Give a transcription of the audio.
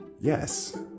yes